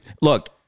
look